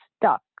stuck